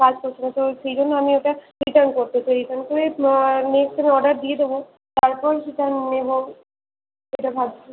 কাজ করছে না তো সেই জন্য আমি ওটা রিটার্ন করতে চাই রিটার্ন করে নেট থেকে অর্ডার দিয়ে দেবো তারপর সেটা নেবো এটা ভাবছি